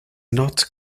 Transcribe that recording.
not